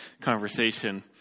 conversation